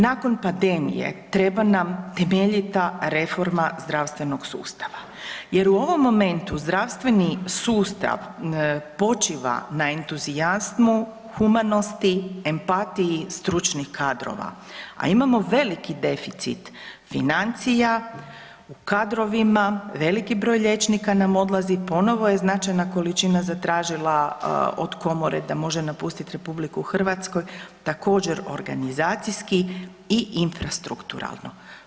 Nakon pandemije, treba nam temeljita reforma zdravstvenog sustava jer u ovom momentu zdravstveni sustav počiva na entuzijazmu, humanosti, empatiji stručnih kadrova a imamo veliki deficit financija u kadrovima, veliki broj liječnika nam odlazi ponovno je značajna količina zatražila od komore da može napustiti RH, također organizacijske i infrastrukturalno.